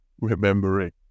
remembering